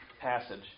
passage